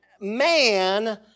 man